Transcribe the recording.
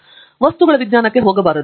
ಫಣಿಕುಮಾರ್ ವಸ್ತುಗಳ ವಿಜ್ಞಾನಕ್ಕೆ ಹೋಗಬಾರದು